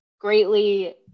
greatly